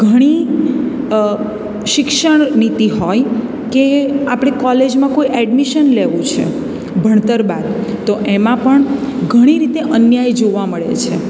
ઘણી શિક્ષણ નીતિ હોય કે આપણે કોલેજમાં કોઈ એડમિશન લેવું છે ભણતર બાદ તો એમાં પણ ઘણી રીતે અન્યાય જોવા મળે છે